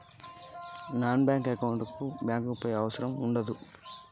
Non banking అంటే bank కి పోయే పని లేదా?